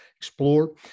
explore